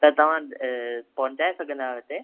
त तव्हां पहुचाए सघंदा आहियो हिते